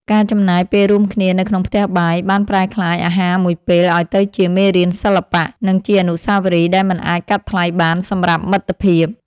ការចំណាយពេលរួមគ្នានៅក្នុងផ្ទះបាយ បានប្រែក្លាយអាហារមួយពេលឱ្យទៅជាមេរៀនសិល្បៈ និងជាអនុស្សាវរីយ៍ដែលមិនអាចកាត់ថ្លៃបានសម្រាប់មិត្តភាព។